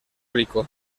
rico